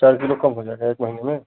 चार किलो कम हो जाएगा एक महीने में